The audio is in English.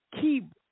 keep